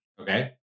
Okay